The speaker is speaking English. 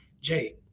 Jay